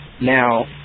now